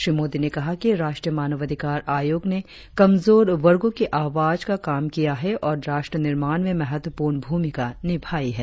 श्री मोदी ने कहा कि राष्ट्रीय मानवाधिकार आयोग ने कमजोर वर्गो की आवाज का काम किया है और राष्ट्र निर्माण में महत्वपूर्ण भूमिका निभाई है